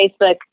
Facebook